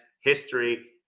history